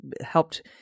helped